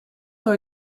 were